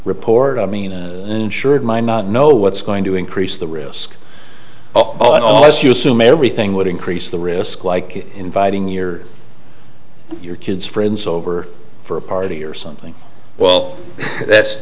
report i mean an insured might not know what's going to increase the risk all at all as you assume everything would increase the risk like inviting yours your kids friends over for a party or something well that's